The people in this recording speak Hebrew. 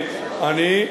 אני לא מזלזל,